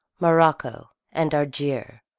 morocco, and argier,